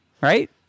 Right